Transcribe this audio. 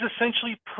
essentially